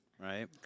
right